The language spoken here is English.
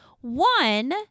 One